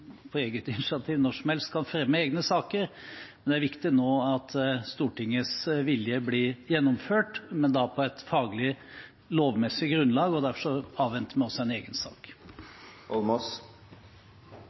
på eget initiativ når som helst kan fremme egne saker, men det er viktig nå at Stortingets vilje blir gjennomført – da på et faglig og lovmessig grunnlag, og derfor avventer vi også en egen sak.